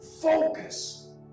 Focus